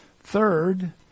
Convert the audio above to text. Third